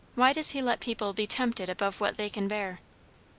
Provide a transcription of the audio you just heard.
why does he let people be tempted above what they can bear?